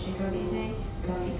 mm mm